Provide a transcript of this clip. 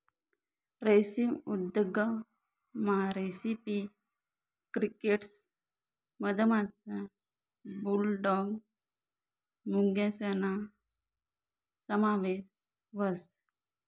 रेशीम उद्योगमा recipe crickets मधमाशा, बुलडॉग मुंग्यासना समावेश व्हस